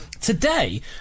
today